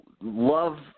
Love